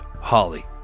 Holly